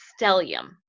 stellium